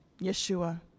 Yeshua